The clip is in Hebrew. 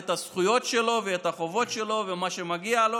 את הזכויות שלו ואת החובות שלו ואת מה שמגיע לו,